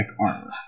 armor